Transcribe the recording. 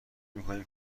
میکنیم